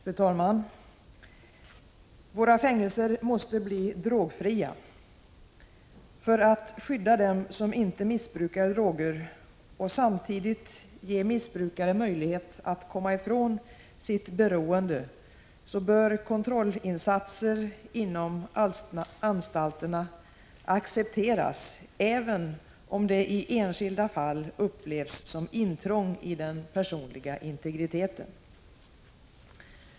Fru talman! Våra fängelser måste bli drogfria. För att skydda dem som inte missbrukar droger och samtidigt ge missbrukare möjlighet att komma ifrån sitt beroende, bör kontrollinsatser inom anstalterna accepteras även om det i enskilda fall upplevs som intrång i den personliga integriteten.